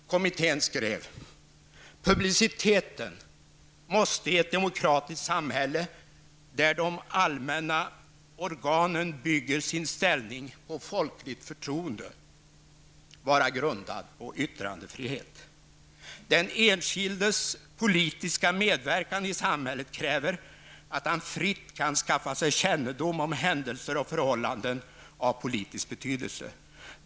Kommitten skrev: ''Publiciteten måste i ett demokratiskt samhälle, där de allmänna organen bygger sin ställning på folkligt förtroende, vara grundad på yttrandefrihet. Den enskildes politiska medverkan i samhället kräver att han fritt kan skaffa sig kännedom om händelser och förhållanden av politisk betydelse.